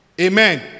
Amen